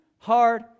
Hard